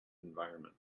environment